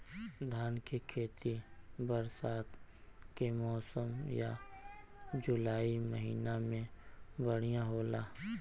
धान के खेती बरसात के मौसम या जुलाई महीना में बढ़ियां होला?